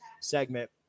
segment